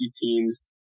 teams